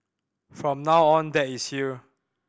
from now on dad is here